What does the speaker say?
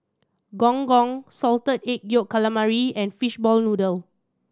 Gong Gong Salted Egg Yolk Calamari and fishball noodle